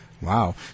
Wow